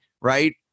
right